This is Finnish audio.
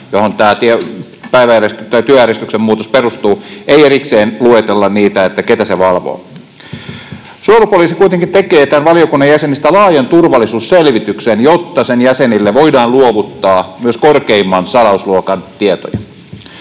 johon tämä työjärjestyksen muutos perustuu, ei erikseen luetella niitä, keitä se valvoo. Suojelupoliisi kuitenkin tekee valiokunnan jäsenistä laajan turvallisuusselvityksen, jotta sen jäsenille voidaan luovuttaa myös korkeimman salausluokan tietoja.